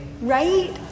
Right